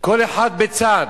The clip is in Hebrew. כל אחד בצד,